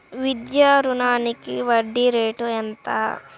విద్యా రుణానికి వడ్డీ రేటు ఎంత?